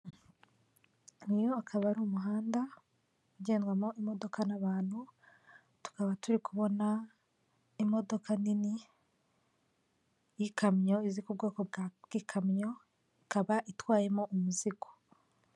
Uyu akaba ari umuhanda ugendwamo imodoka n’abantu, tukaba turi kubona imodoka nini y’ikamyo izi ku bwoko bw’ikamyo, ikaba itwayemo umuzigo.